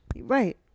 Right